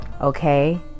okay